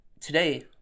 Today